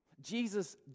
Jesus